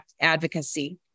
advocacy